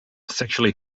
sexually